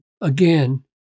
again